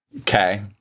Okay